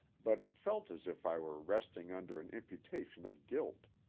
but felt as if i were resting under an imputation of guilt,